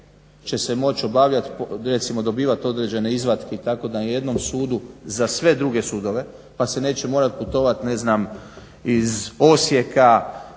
će se moći dobivati određene izvatke tako na jednom sudu za sve druge sudove pa se neće morati putovati ne znam iz Osijeka